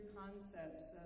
concepts